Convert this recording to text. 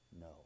No